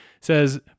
says